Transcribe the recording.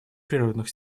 природных